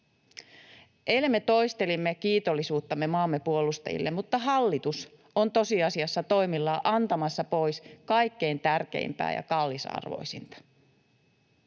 Eilen me toistelimme kiitollisuuttamme maamme puolustajille, mutta hallitus on tosiasiassa toimillaan antamassa pois kaikkein tärkeimpää ja kallisarvoisinta.